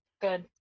Good